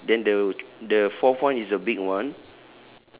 three then the the fourth one is the big one